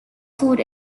food